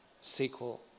sequel